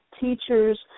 teachers